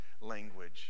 language